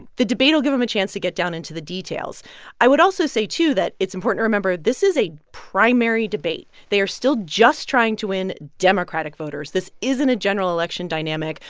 the debate will give them a chance to get down into the details i would also say, too, that it's important remember this is a primary debate. they are still just trying to win democratic voters. this isn't a general election dynamic,